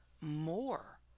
more